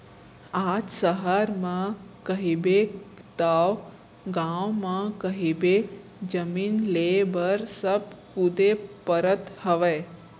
आज सहर म कहिबे तव गाँव म कहिबे जमीन लेय बर सब कुदे परत हवय